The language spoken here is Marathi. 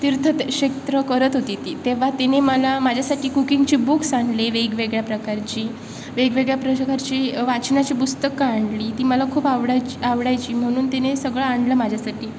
तीर्थक्षेत्र करत होती ती तेव्हा तिने मला माझ्यासाठी कुकिंगचे बुक्स आणले वेगवेगळ्या प्रकारची वेगवेगळ्या प्रशकाची वाचनाची पुस्तकं आणली ती मला खूप आवडायची आवडायची म्हणून तिने सगळं आणलं माझ्यासाठी